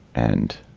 and.